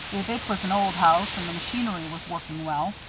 if it was an old house and the machinery was working well,